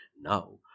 Now